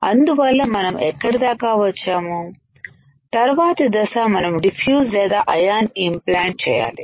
అందువల్ల మనం ఎక్కడ దాకా వచ్చాము తరువాత దశ మనం డిఫ్యూజ్ లేదా అయాన్ ఇంప్లాంట్ చేయాలి